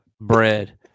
bread